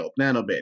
nanobit